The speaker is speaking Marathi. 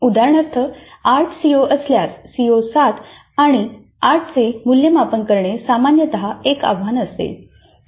उदाहरणार्थ 8 सीओ असल्यास सीओ 7 आणि 8 चे मूल्यमापन करणे सामान्यतः एक आव्हान असते